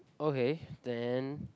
okay then